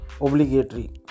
Obligatory